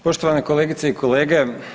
Poštovane kolegice i kolege.